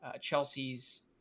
Chelsea's